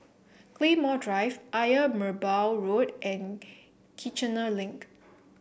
Claymore Drive Ayer Merbau Road and Kiichener Link